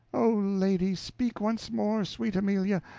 oh, lady, speak once more sweet amelia,